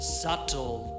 subtle